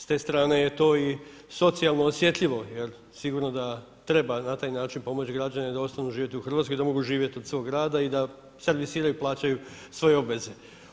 S te strane je to i socijalno osjetljivo jer sigurno da treba na taj način pomoći građane da ostanu živjeti u HRvatskoj i da mogu živjeti od svog rada i da servisiraju i plaćaju svoje obveze.